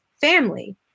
family